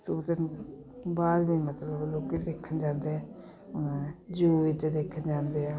ਤੋਤੇ ਨੂੰ ਬਾਹਰ ਵੀ ਮਤਲਬ ਲੋਕ ਦੇਖਣ ਜਾਂਦੇ ਹੈ ਜੂ ਵਿੱਚ ਦੇਖਣ ਜਾਂਦੇ ਹੈ